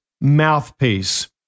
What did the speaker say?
mouthpiece